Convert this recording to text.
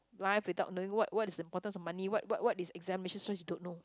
life without knowing what what is importance of money what what what is examinations cause you don't know